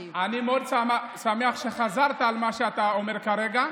אני מאוד שמח שחזרת על מה שאתה אומר כרגע,